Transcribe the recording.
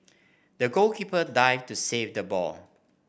the goalkeeper dived to save the ball